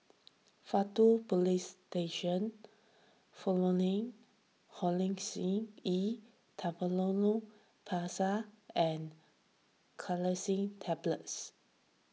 Faktu Policestation E Triamcinolone Paste and Cinnarizine Tablets